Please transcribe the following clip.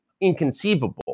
inconceivable